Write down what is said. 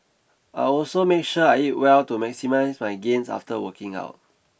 I also make sure I eat well to maximise my gains after working out